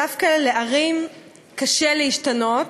דווקא לערים קשה להשתנות